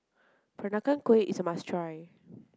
Peranakan Kueh is a must try